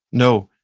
no.